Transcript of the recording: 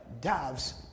doves